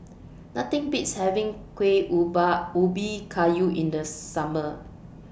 Nothing Beats having Kuih Ubi Kayu in The Summer